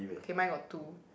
okay mine got two